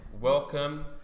welcome